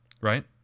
Right